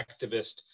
activist